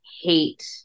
hate